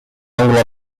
anglo